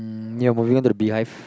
ya moving on to the beehive